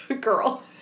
girl